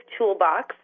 Toolbox